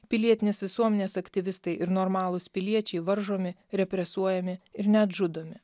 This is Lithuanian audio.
pilietinės visuomenės aktyvistai ir normalūs piliečiai varžomi represuojami ir net žudomi